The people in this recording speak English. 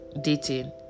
dating